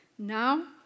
Now